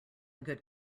good